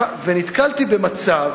ונתקלתי במצב